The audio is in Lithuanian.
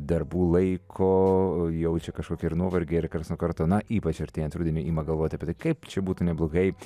darbų laiko jaučia kažkokį ir nuovargį ir kartu na ypač artėjant rudeniui ima galvoti kaip čia būtų neblogai